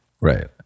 Right